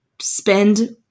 spend